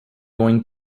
going